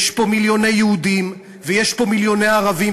יש פה מיליוני יהודים ויש פה מיליוני ערבים,